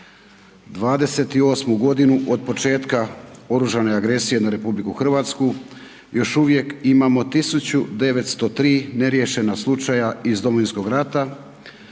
28 g. od početka oružane agresije na RH još uvijek imamo 1903 neriješena slučaja iz Domovinskog rata